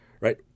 right